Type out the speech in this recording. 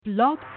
blog